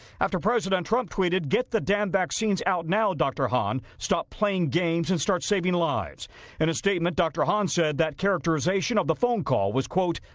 after president trump tweeted, get the damn vaccines out now, dr. hahn stop playing games and start saving lives in a statement dr. hahn said that characterization of the phone call was, quote,